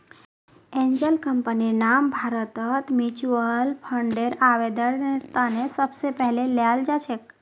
angel कम्पनीर नाम भारतत म्युच्युअल फंडर आवेदनेर त न सबस पहले ल्याल जा छेक